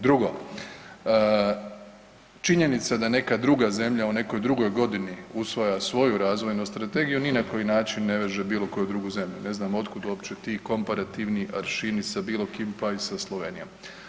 Drugo, činjenica da neka druga zemlja u nekoj drugoj godini usvaja svoju razvojnu strategiju ni na koji način ne veže bilo koju drugu zemlju, ne znam uopće ti komparativni aršini sa bilo kim, pa i sa Slovenijom.